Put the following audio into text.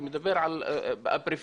אני מדבר על הפריפריה,